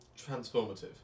transformative